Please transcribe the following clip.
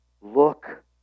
look